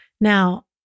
Now